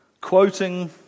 quoting